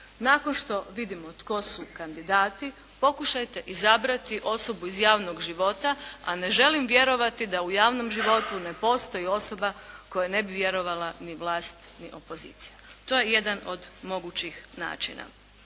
Nakon što vidimo tko su kandidati pokušajte izabrati osobu iz javnog života, a ne želim vjerovati da u javnom životu ne postoji osoba kojoj ne bi vjerovala ni vlast, ni opozicija. To je jedan od mogućih načina.